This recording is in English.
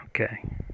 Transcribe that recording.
Okay